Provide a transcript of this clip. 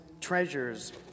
treasures